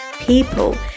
people